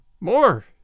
More